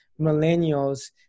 millennials